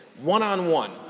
one-on-one